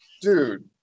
dude